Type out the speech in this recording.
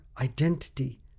identity